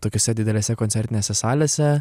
tokiose didelėse koncertinėse salėse